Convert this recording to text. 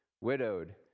widowed